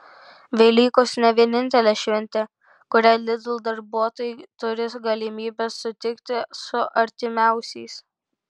velykos ne vienintelė šventė kurią lidl darbuotojai turi galimybę sutikti su artimiausiais